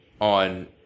on